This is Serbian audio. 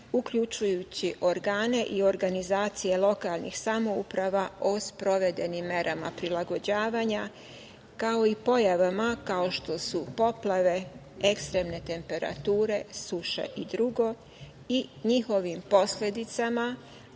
uključujući organe i organizacije lokalnih samouprava o sprovedenim merama prilagođavanja, kao i pojavama kao što su poplave, ekstremne temperature, suše i drugo i njihovim posledicama,